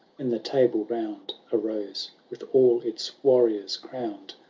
when the table round arose, with all its warriors crownm,